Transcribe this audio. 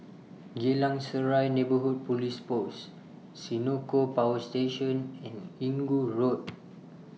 Geylang Serai Neighbourhood Police Post Senoko Power Station and Inggu Road